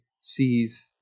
sees